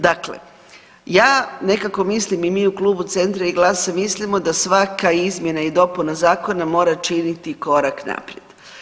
Dakle, ja nekako mislim i mi u Klubu Centra i GLAS-a mislimo da svaka izmjena i dopuna zakona mora činiti korak naprijed.